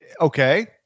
Okay